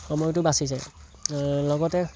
সময়টো বাছি যায় লগতে